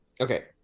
okay